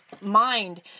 mind